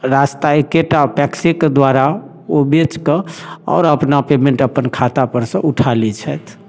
रास्ता एके टा पैक्सेके द्वारा ओ बेचकऽ आओर अपना पेमेन्ट अप्पन खातापर सँ उठा लै छथि